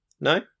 No